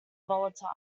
volatile